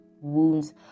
wounds